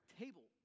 table